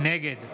נגד